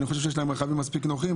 אני חושב שיש להם רכבים מספיק נוחים,